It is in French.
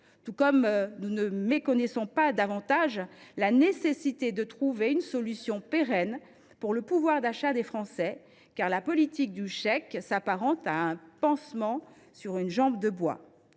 mais nous ne méconnaissons pas davantage la nécessité de trouver une solution pérenne pour le pouvoir d’achat des Français, la politique du chèque s’apparentant à un pansement sur une jambe de bois.